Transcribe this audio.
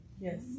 Yes